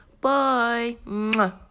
Bye